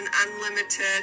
unlimited